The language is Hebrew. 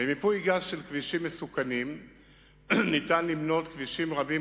במיפוי גס של כבישים מסוכנים ניתן למנות כבישים רבים,